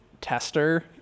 tester